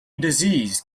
disease